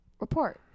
report